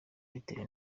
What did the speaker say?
bitewe